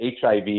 HIV